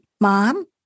mom